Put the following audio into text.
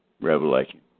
Revelation